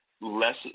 less